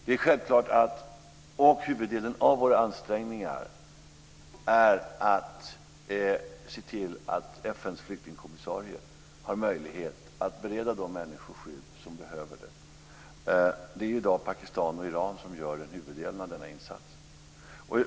Det är självklart att huvuddelen av våra ansträngningar består i att se till att se till att FN:s flyktingkommissarie har möjlighet att bereda de människor skydd som behöver det. I dag är det Pakistan och Iran som gör huvuddelen av denna insats.